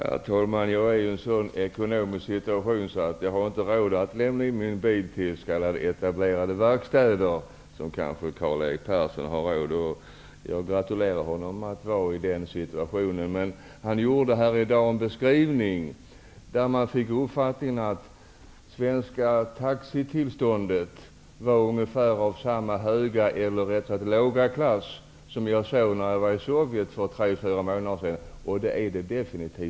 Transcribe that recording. Herr talman! Jag befinner mig i en sådan ekonomisk situation att jag inte har råd att lämna in min bil till s.k. etablerade verkstäder. Karl-Erik Persson kanske har råd med det, och jag gratulerar honom i så fall till det. Jag fick av vad Karl-Erik Persson sade här tidigare i dag uppfattningen att svensk taxi var av samma låga klass som taxi i Sovjet. Så är definitivt inte fallet. Jag var i Sovjet för tre--fyra månader sedan och fick då uppleva hur taxi fungerar där.